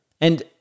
And-